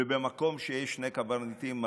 ובמקום שיש שני קברניטים,